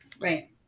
Right